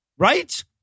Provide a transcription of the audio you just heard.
Right